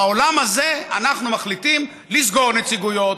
בעולם הזה אנחנו מחליטים לסגור נציגויות,